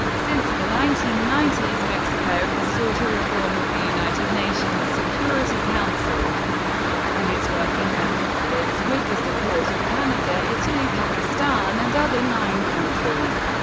since the nineteen ninety s mexico has sought a reform of the united nations security council and its working methods with the support of canada, italy, pakistan and other nine countries,